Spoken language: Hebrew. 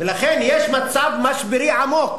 יש מצב משברי עמוק.